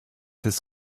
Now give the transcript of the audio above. his